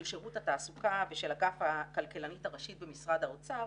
שירות התעסוקה ושל אגף הכלכלנית הראשית במשרד האוצר,